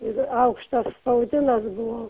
ir aukštas spaudimas buvo